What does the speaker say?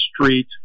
Street